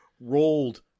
rolled